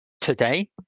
today